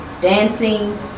dancing